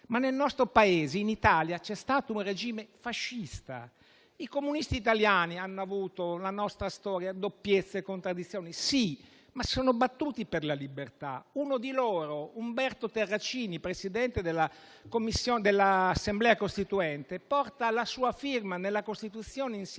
ma nel nostro Paese, in Italia, c'è stato un regime fascista. I comunisti italiani hanno avuto nella nostra storia doppiezze e contraddizioni, sì, ma si sono battuti per la libertà. Uno di loro, Umberto Terracini, presidente dell'Assemblea costituente, ha apposto la sua firma alla Costituzione insieme a